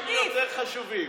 כתבי הקודש יותר חשובים.